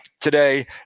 today